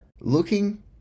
Looking